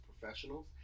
Professionals